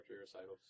recitals